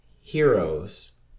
Heroes